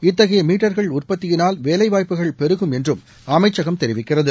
இத்தகைய மீட்டர்கள் உற்பத்தியினால் வேலைவாய்ப்புகள் பெருகும் என்றும் அமைச்சகம் தெரிவிக்கிறது